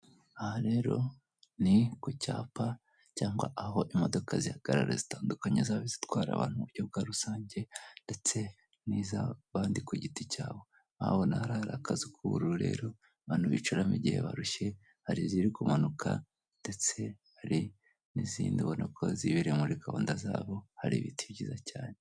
Aha rero ni ku cyapa cyangwa aho imodoka zihagarara zitandukanye zaba zitwara abantu mu buryo bwa rusange ndetse n'iz'abandi ku giti cyabo, urabona hari akazu k'ubururu abantu bicaramo igihe barushye, hari iziri kumanuka ndetse hari n'izindi ubona ko zibereye muri gahunda zabo hari ibiti byiza cyane.